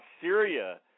Syria